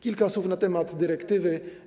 Kilka słów na temat dyrektywy.